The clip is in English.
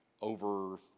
over